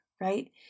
Right